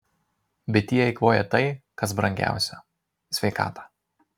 bet jie eikvoja tai kas brangiausia sveikatą